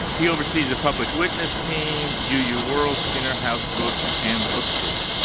he oversees the public witness team, uuu uuu world, skinner house books, and the bookstore.